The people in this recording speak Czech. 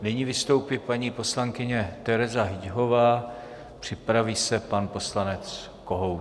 Nyní vystoupí paní poslankyně Tereza Hyťhová, připraví se pan poslanec Kohoutek.